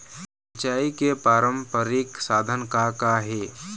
सिचाई के पारंपरिक साधन का का हे?